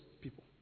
people